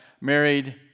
married